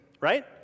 right